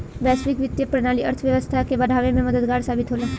वैश्विक वित्तीय प्रणाली अर्थव्यवस्था के बढ़ावे में मददगार साबित होला